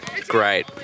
great